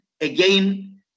again